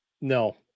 No